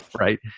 right